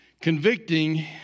convicting